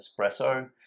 espresso